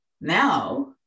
Now